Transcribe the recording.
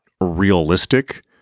realistic